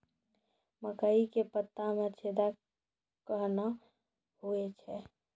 मकई के पत्ता मे छेदा कहना हु छ?